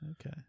Okay